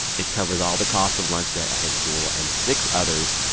it covers all the costs of lunch debt at his school and six others.